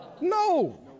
No